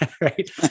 Right